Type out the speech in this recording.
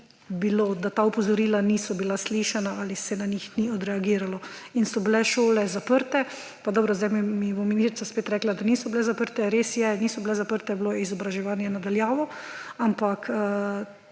jih dajali, niso bila slišala ali se na njih ni odreagiralo in so bile šole zaprte. Pa dobro, zdaj mi bo ministrica spet rekla, da niso bile zaprte. Res je, niso bile zaprte, bilo je izobraževanje na daljavo, ampak